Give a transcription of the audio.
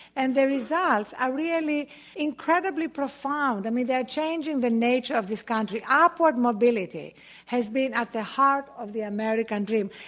and the results are really incredibly profound. i mean, are changing the nature of this country. ah upward mobility has been at the heart of the american dream.